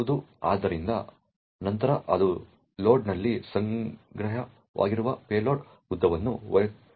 ಆದ್ದರಿಂದ ನಂತರ ಅದು ಲೋಡ್ನಲ್ಲಿ ಸಂಗ್ರಹವಾಗಿರುವ ಪೇಲೋಡ್ ಉದ್ದವನ್ನು ಹೊರತೆಗೆಯುತ್ತದೆ